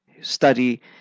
study